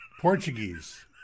Portuguese